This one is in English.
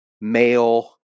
male